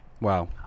Wow